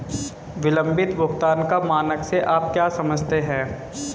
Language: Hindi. विलंबित भुगतान का मानक से आप क्या समझते हैं?